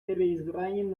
переизбранием